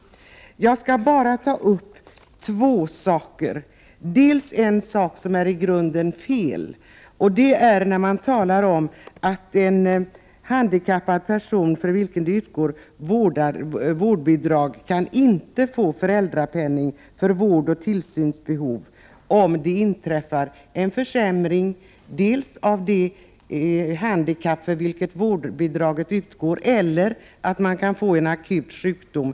Jag skall bara ta upp två saker, och det är för det första en sak som är i grunden fel. Det är när det sägs att föräldrarna till en handikappad person för vilken det utgår vårdbidrag inte kan få föräldrapenning för vård och tillsynsbehov om det inträffar dels en försämring av det handikapp för vilket vårdbidraget utgår, dels en akut sjukdom.